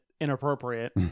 inappropriate